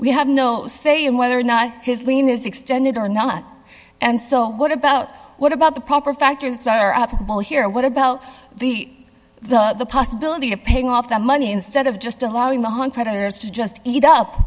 we have no say in whether or not his lean is extended or not and so what about what about the proper factors that are applicable here what about the possibility of paying off the my instead of just allowing the hunt predators to just eat